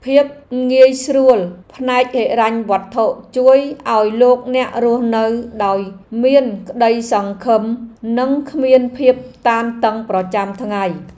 ភាពងាយស្រួលផ្នែកហិរញ្ញវត្ថុជួយឱ្យលោកអ្នករស់នៅដោយមានក្ដីសង្ឃឹមនិងគ្មានភាពតានតឹងប្រចាំថ្ងៃ។